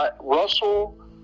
Russell